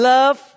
Love